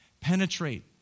penetrate